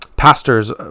pastors